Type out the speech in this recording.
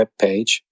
webpage